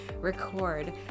record